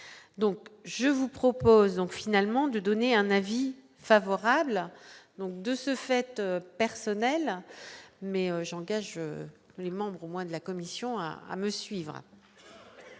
donc je vous propose donc finalement de donner un avis favorable, donc, de ce fait personnelle mais j'engage les membres au moins de la Commission à me suivre.